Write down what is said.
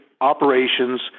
operations